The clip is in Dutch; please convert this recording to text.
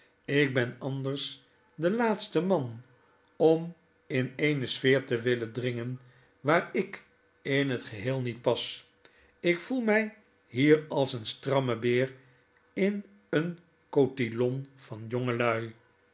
ik ben anders de laatste man om in eene sfeer te willen dringen waar ik in het geheel niet pas ik voel mij hier als een stramme beer in een cotillon van jongelui